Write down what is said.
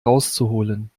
rauszuholen